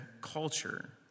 culture